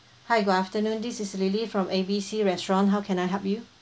hi good afternoon this is lily from A B C restaurant how can I help you